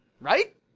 Right